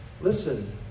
Listen